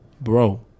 bro